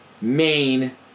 main